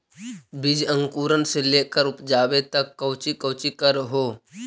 बीज अंकुरण से लेकर उपजाबे तक कौची कौची कर हो?